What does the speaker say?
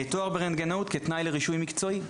תואר ברנטגנאות כתנאי לרישוי מקצועי.